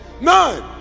None